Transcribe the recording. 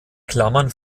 klammern